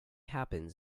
happens